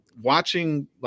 watching